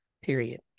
Period